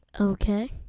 Okay